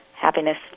Happiness